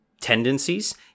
tendencies